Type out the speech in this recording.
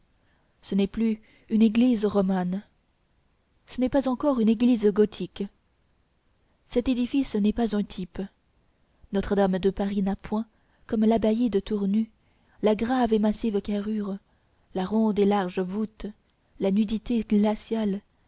ce n'est plus une église romane ce n'est pas encore une église gothique cet édifice n'est pas un type notre-dame de paris n'a point comme l'abbaye de tournus la grave et massive carrure la ronde et large voûte la nudité